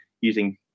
using